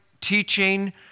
teaching